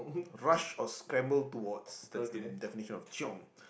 rush or scramble towards that's the definition of chiong